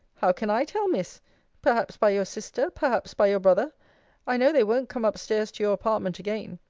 how can i tell, miss perhaps by your sister, perhaps by your brother i know they wont' come up stairs to your apartment again.